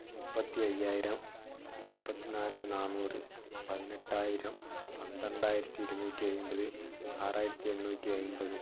മുപ്പത്തി അയ്യായിരം മുപ്പത്തി നാല് നാന്നൂറ് പതിനെട്ടായിരം പന്ത്രണ്ടായിരത്തി ഇരുന്നൂറ്റി അയിമ്പത് ആറായിരത്തി എണ്ണൂറ്റി അയിമ്പത്